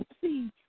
see